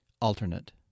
alternate